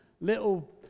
little